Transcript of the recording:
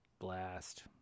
blast